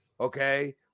okay